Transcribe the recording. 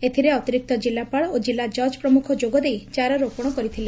ଏଥିରେ ଅତିରିକ୍ତ ଜିଲ୍ଲାପାଳ ଓ ଜିଲ୍ଲା ଜଜ୍ ପ୍ରମୁଖ ଯୋଗଦେଇ ଚାରାରୋପଣ କରିଥିଲେ